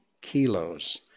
kilos